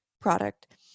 product